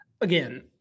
again